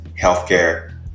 healthcare